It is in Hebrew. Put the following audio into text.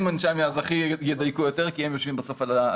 אנשי המינהל ידייקו יותר כי הם יושבים על הפרטים.